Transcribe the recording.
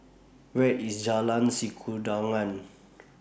Where IS Jalan Sikudangan